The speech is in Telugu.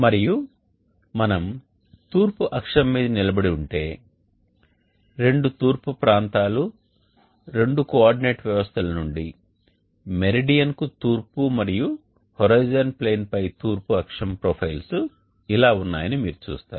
మరియు మనము తూర్పు అక్షం మీద నిలబడి ఉంటే రెండు తూర్పు ప్రాంతాలు రెండు కోఆర్డినేట్ వ్యవస్థల నుండి మెరిడియన్కు తూర్పు మరియు హోరిజోన్ ప్లేన్పై తూర్పు అక్షం ప్రొఫైల్స్ ఇలా ఉన్నాయని మీరు చూస్తారు